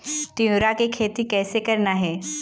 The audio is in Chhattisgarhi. तिऊरा के खेती कइसे करना हे?